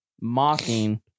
mocking